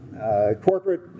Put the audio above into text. corporate